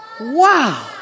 Wow